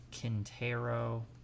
Quintero